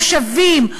הוא נוגע למושבים,